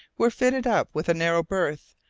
were fitted up with a narrow berth,